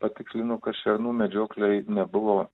patikslinu kad šernų medžioklei nebuvo